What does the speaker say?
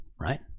right